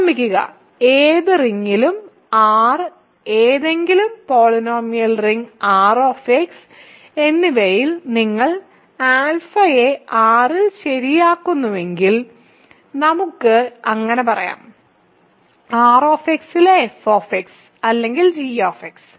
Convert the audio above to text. ഓർമിക്കുക ഏത് റിംഗിലും R ഏതെങ്കിലും പോളിനോമിയൽ റിംഗ് Rx എന്നിവയിൽ നിങ്ങൾ α യെ R ൽ ശരിയാക്കുന്നുവെങ്കിൽ നമുക്ക് അങ്ങനെ പറയാം R x ലെ f അല്ലെങ്കിൽ g